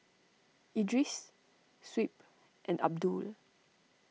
Idris Shuib and Abdul